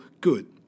good